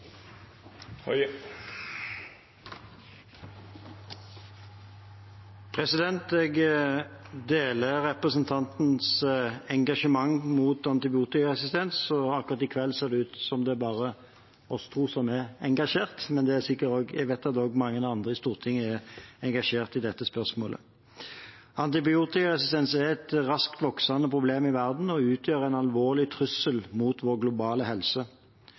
Jeg deler representantens engasjement mot antibiotikaresistens. Akkurat i kveld ser det ut som det bare er oss to som er engasjert, men jeg vet at også mange andre i Stortinget er engasjert i dette spørsmålet. Antibiotikaresistens er et raskt voksende problem i verden og utgjør en alvorlig trussel mot vår globale helse.